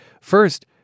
First